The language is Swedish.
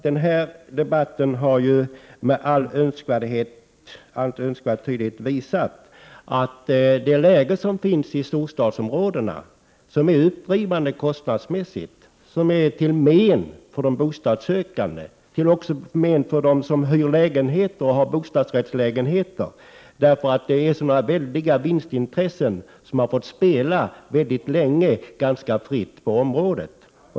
Den här debatten har med all önskvärd tydlighet visat att den faktor som driver upp kostnaderna i storstäderna, till men för boende och bostadssökande, är de väldiga vinstintressen som länge har fått spela ganska fritt på området.